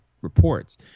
reports